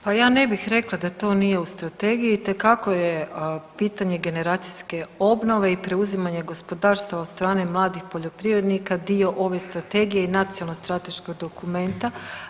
Pa ja ne bih rekla da to nije u strategiji itekako je pitanje generacijske obnove i preuzimanje gospodarstava od strane mladih poljoprivrednika dio ove strategije i nacionalnog strateškog dokumenta.